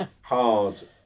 hard